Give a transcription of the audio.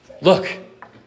look